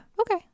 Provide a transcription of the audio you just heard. okay